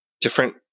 different